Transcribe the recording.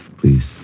Please